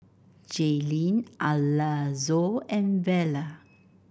Jaylene Alonzo and Vela